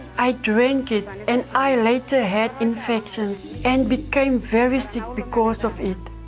i drink it and and i later had infections and became very sick because of it.